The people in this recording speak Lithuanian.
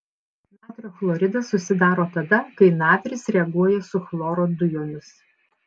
natrio chloridas susidaro tada kai natris reaguoja su chloro dujomis